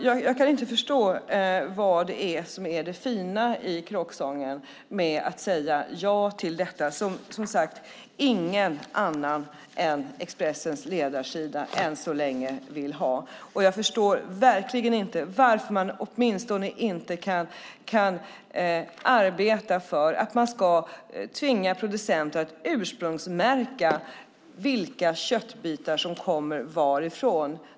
Jag kan inte förstå vad det är som är det fina i kråksången med att säga ja till detta som ingen annan än Expressens ledarsida än så länge vill ha. Jag förstår verkligen inte varför man åtminstone inte kan arbeta för att tvinga producenter att ursprungsmärka var köttbitarna kommer från.